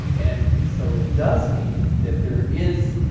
and so it does mean that there is